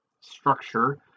structure